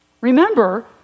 remember